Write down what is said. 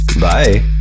bye